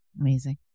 Amazing